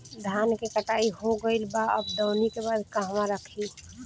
धान के कटाई हो गइल बा अब दवनि के बाद कहवा रखी?